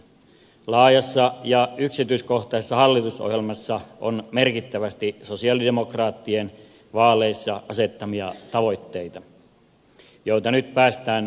laajassa ja yksityiskohtaisessa hallitusohjelmassa on merkittävästi sosialidemokraattien vaaleissa asettamia tavoitteita joita nyt päästään toteuttamaan